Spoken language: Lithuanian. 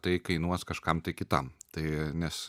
tai kainuos kažkam tai kitam tai nes